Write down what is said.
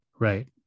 Right